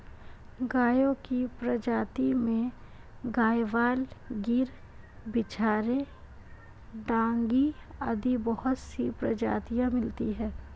गायों की प्रजाति में गयवाल, गिर, बिच्चौर, डांगी आदि बहुत सी प्रजातियां मिलती है